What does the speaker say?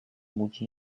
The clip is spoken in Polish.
budzi